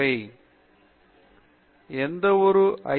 பேராசிரியர் ராஜேஷ் குமார் எந்த ஒரு ஐ